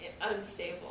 unstable